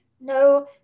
no